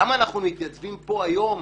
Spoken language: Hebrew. למה אנחנו מתייצבים פה היום,